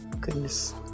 Goodness